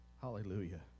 hallelujah